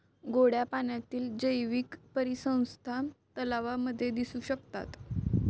गोड्या पाण्यातील जैवीक परिसंस्था तलावांमध्ये दिसू शकतात